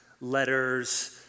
letters